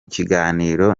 kiganiro